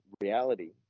reality